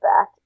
back